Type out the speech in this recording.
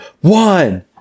one